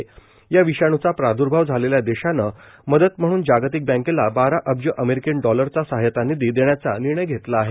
corona विषाणूचा प्रादुर्भाव झालेल्या देशानं मदत म्हणून जागतिक बँकेला बारा अब्ज अमेरिकी डॉलरचा सहाय्यता निधी देण्याचा निर्णय घेतला आहे